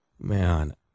Man